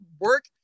work